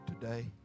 today